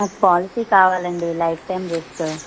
మాకు పాలసీ కావాలండి lifetime risk